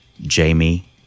Jamie